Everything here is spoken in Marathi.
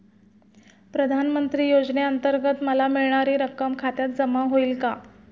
प्रधानमंत्री योजनेअंतर्गत मला मिळणारी रक्कम खात्यात जमा होईल का?